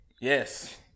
Yes